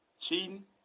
cheating